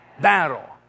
battle